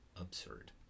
absurd